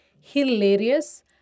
hilarious